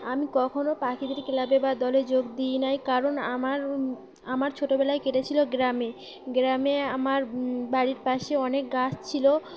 আমি কখনও পাখিদের ক্লাবে বা দলে যোগ দিই নাই কারণ আমার আমার ছোটোবেলায় কেটেছিলো গ্রামে গ্রামে আমার বাড়ির পাশে অনেক গাছ ছিল